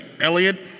Elliot